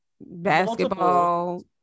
basketball